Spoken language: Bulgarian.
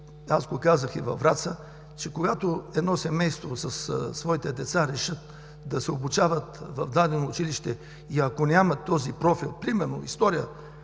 – казах го и във Враца, че когато едно семейство със своите деца решат да се обучават в дадено училище и ако няма този профил, примерно история,